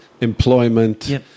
employment